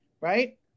right